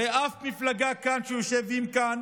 הרי אף מפלגה שיושבת כאן